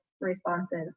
responses